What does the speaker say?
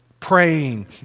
Praying